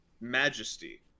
majesty